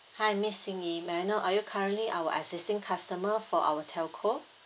hi miss xin yee may I know are you currently our existing customer for our telco